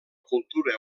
cultura